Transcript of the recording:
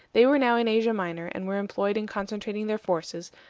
they were now in asia minor, and were employed in concentrating their forces,